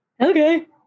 Okay